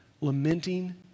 lamenting